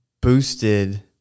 boosted